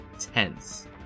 tense